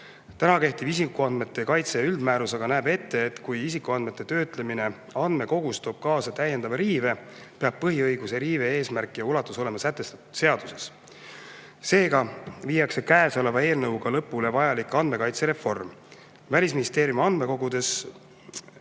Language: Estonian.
Kehtiv isikuandmete kaitse üldmäärus näeb ette, et kui isikuandmete töötlemine andmekogus toob kaasa täiendava riive, peab põhiõiguse riive eesmärk ja ulatus olema sätestatud seaduses. Seega viiakse eelnõuga lõpule vajalik andmekaitsereform Välisministeeriumi andmekogudes.